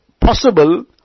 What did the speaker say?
possible